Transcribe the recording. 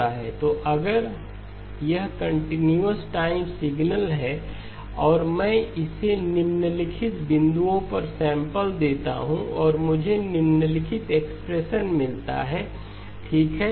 तो अगर यह कंटीन्यूअस टाइम सिग्नल है और मैं इसे निम्नलिखित बिंदुओं पर सैंपल देता हूं और मुझे निम्नलिखित एक्सप्रेशन मिलता है ठीक है